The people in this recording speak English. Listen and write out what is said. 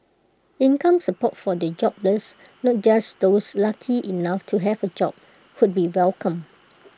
income support for the jobless not just those lucky enough to have A job would be welcome